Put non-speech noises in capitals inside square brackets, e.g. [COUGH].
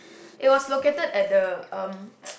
it was located at the um [NOISE]